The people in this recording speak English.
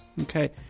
okay